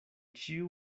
ĉiu